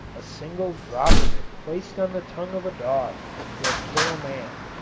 a single drop of it placed on the tongue of a dog will kill a man.